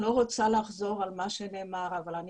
אני לא רוצה לחזור על מה שנאמר אבל אני